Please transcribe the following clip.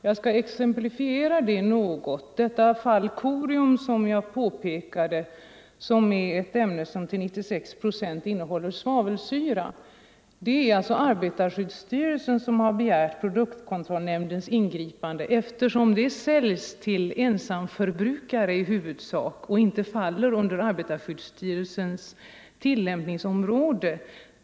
Jag skall exemplifiera detta något. När det gäller Corium 50, det ämne som till 96 procent består av svavelsyra, är det arbetarskyddsstyrelsen som begärt produktkontrollnämndens ingripande, eftersom ämnet i huvudsak säljs till ensamförbrukare och därmed inte faller under arbetarskyddslagens tillämpningsområde.